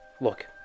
Look